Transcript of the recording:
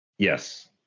Yes